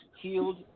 healed